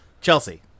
Chelsea